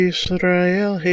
Israel